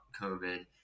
COVID